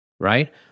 Right